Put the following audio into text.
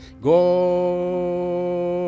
Go